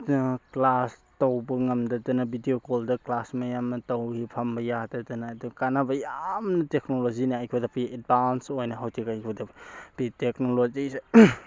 class ꯇꯧꯕ ꯉꯝꯗꯗꯅ video ꯀꯣꯜꯗ ꯀ꯭ꯂꯥꯁ ꯃꯌꯥꯝꯃ ꯇꯧꯏ ꯐꯝꯕ ꯌꯥꯗꯗꯅ ꯑꯗꯨ ꯀꯥꯟꯅꯕ ꯌꯥꯝꯅ ꯇꯦꯛꯅꯣꯂꯣꯖꯤꯅ ꯑꯩꯈꯣꯏꯗ ꯄꯤ ꯑꯦꯗꯕꯥꯟꯁ ꯑꯣꯏꯅ ꯍꯧꯖꯤꯛ ꯑꯩꯈꯣꯏꯗ ꯄꯤ ꯇꯦꯛꯅꯣꯂꯣꯖꯤꯁꯦ